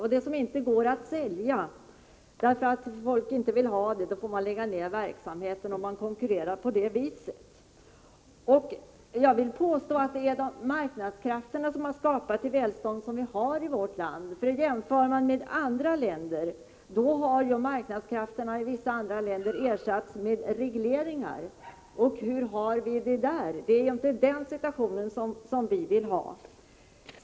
Om produkterna inte går att sälja därför att folk inte vill ha dem, får man lägga ned verksamheten, om man konkurrerar på det viset. Jag vill påstå att det är marknadskrafterna som har skapat det välstånd som vi har i vårt land. Ser man efter hur det är i många andra länder, finner man att marknadskrafterna i vissa länder har ersatts med regleringar. Hur har man det då där? Ja, det är inte den situationen vi vill ha.